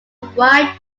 wide